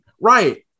right